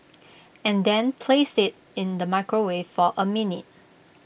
and then place IT in the microwave for A minute